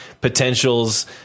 potentials